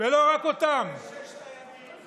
ולא רק אותם, רם, ששת הימים,